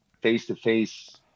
face-to-face